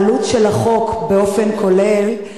העלות של החוק באופן כולל,